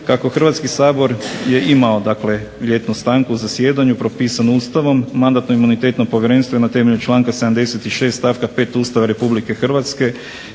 Kako Hrvatski sabor je imao dakle ljetnu stanku u zasjedanju propisanu Ustavom Mandatno-imunitetno povjerenstvo je na temelju članka 76. stavka 5. Ustava Republike Hrvatske